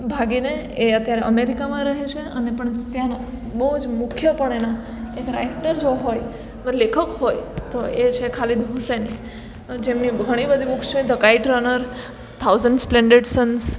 ભાગીને એ અત્યારે અમેરિકામાં રહે છે અને પણ ત્યાંના બહુ જ મુખ્ય પણેના એ રાઈટર જો હોય લેખક હોય તો એ છે ખાલીદ હુસેની જેમની ઘણી બધી બુક્સ છે the kite runner thousand splendid Sons